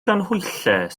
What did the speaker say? ganhwyllau